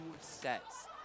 sets